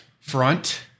front